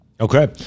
Okay